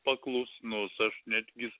paklusnus aš netgi